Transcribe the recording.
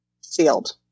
sealed